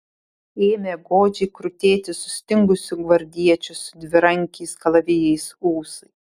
ėmė godžiai krutėti sustingusių gvardiečių su dvirankiais kalavijais ūsai